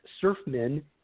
surfmen